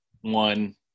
one